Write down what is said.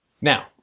Now